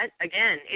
again